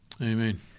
Amen